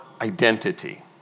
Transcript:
identity